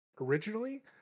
Originally